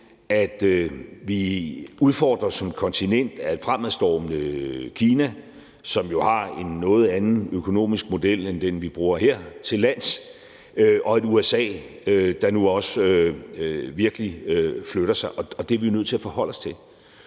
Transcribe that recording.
at vi udfordres som kontinent af et fremadstormende Kina, som jo har en noget anden økonomisk model end den, vi bruger hertillands, og et USA, der nu også virkelig flytter sig. Det er vi jo nødt til at forholde os til,